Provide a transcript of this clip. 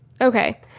Okay